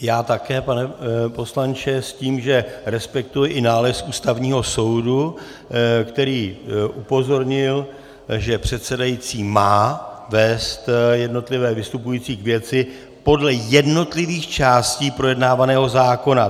Já také, pane poslanče, s tím, že respektuji i nález Ústavního soudu, který upozornil, že předsedající má vést jednotlivé vystupující k věci podle jednotlivých částí projednávaného zákona.